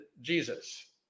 Jesus